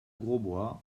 grosbois